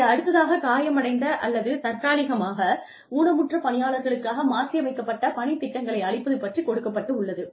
இங்கே அடுத்ததாகக் காயமடைந்த அல்லது தற்காலிகமாக ஊனமுற்ற பணியாளர்களுக்காக மாற்றியமைக்கப்பட்ட பணித் திட்டங்களை அளிப்பது பற்றிக் கொடுக்கப்பட்டுள்ளது